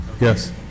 Yes